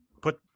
put